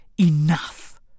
Enough